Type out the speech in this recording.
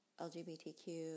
LGBTQ